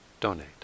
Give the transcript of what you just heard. donate